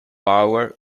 power